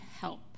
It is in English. help